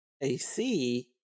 AC